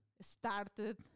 started